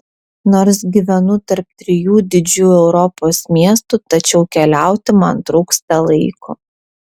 nors gyvenu tarp trijų didžių europos miestų tačiau keliauti man trūksta laiko